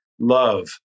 love